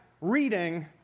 reading